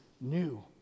new